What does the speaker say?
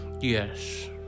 Yes